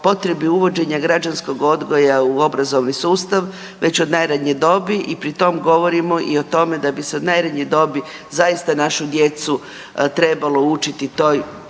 potrebi uvođenja građanskog odgoja u obrazovni sustav već od najranije dobi i pri tom govorimo i o tome da bi se od najranije dobi zaista našu djecu trebalo učiti toj,